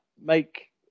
Make